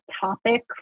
topic